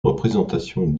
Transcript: représentation